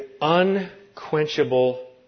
unquenchable